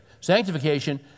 Sanctification